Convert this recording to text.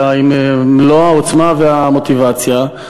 אלא במלוא העוצמה והמוטיבציה,